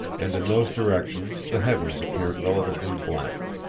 and in those directions the heavens appeared relatively blank.